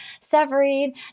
Severine